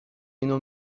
اینو